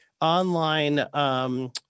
online